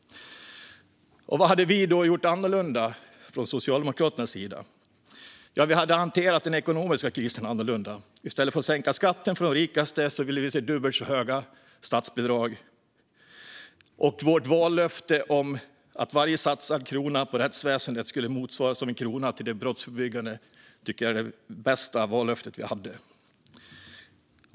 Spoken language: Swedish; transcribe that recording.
Vad hade vi då gjort annorlunda från Socialdemokraternas sida? Ja, vi hade hanterat den ekonomiska krisen annorlunda. I stället för att sänka skatten för de rikaste ville vi se dubbelt så höga statsbidrag, och vårt vallöfte att varje krona som satsas på rättsväsendet skulle motsvaras av en krona på det brottsförebyggande arbetet tycker jag var det bästa vallöfte vi hade.